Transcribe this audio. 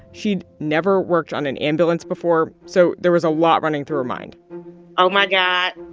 she'd never worked on an ambulance before. so there was a lot running through her mind oh, my god.